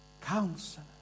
Counselor